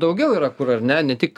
daugiau yra kur ar ne ne tik